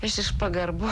jis iš pagarbos